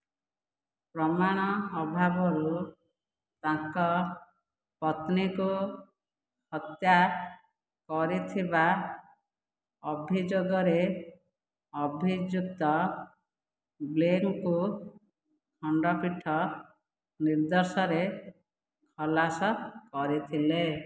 ପ୍ରମାଣ ଅଭାବରୁ ତାଙ୍କ ପତ୍ନୀଙ୍କୁ ହତ୍ୟା କରିଥିବା ଅଭିଯୋଗରେ ଅଭିଯୁକ୍ତ ବ୍ଲେକ୍ଙ୍କୁ ଖଣ୍ଡପୀଠ ନିର୍ଦ୍ଦୋଷରେ ଖଲାସ କରିଥିଲେ